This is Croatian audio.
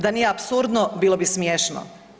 Da nije apsurdno, bilo bi smiješno.